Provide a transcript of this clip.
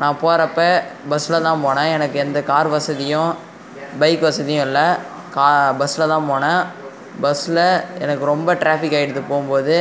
நான் போகிறப்ப பஸ்ஸில் தான் போனேன் எனக்கு எந்த கார் வசதியும் பைக் வசதியும் இல்லை கா பஸ்ஸில் தான் போனேன் பஸ்ஸில் எனக்கு ரொம்ப ட்ராஃபிக் ஆகிடுது போகும்போது